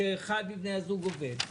כשאחד מבני הזוג עובד,